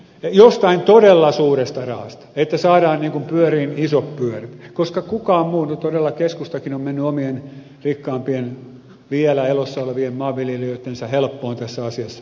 jostain todella suuresta rahasta että saadaan pyörimään isot pyörät koska todella keskustakin on mennyt omien rikkaampien vielä elossa olevien maanviljelijöittensä helppoon tässä asiassa